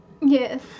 Yes